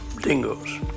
dingoes